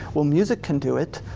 well music can do it,